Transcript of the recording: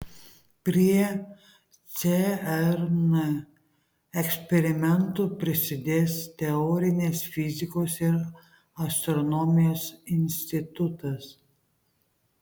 prie cern eksperimentų prisidės teorinės fizikos ir astronomijos institutas